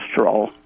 cholesterol